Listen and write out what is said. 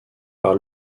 par